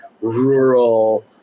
rural